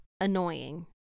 annoying